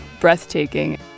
breathtaking